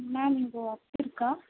ma'am இங்கே work இருக்கா